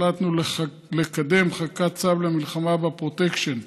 החלטנו לקדם חקיקת צו למלחמה בפרוטקשן.